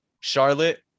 Charlotte